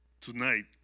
tonight